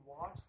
watch